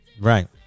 Right